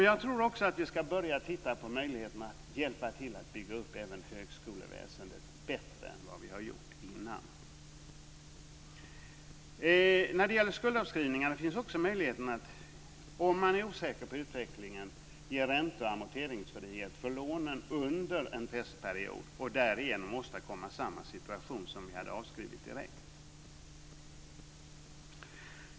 Jag tror också att vi ska börja titta på möjligheterna att hjälpa till att bygga upp även högskoleväsendet bättre än vad vi har gjort hittills. När det gäller skuldavskrivningar finns också möjligheten, om man är osäker på utvecklingen, att ge ränte och amorteringsfrihet för lånen under en testperiod och därigenom åstadkomma samma situation som om vi hade avskrivit skulderna direkt.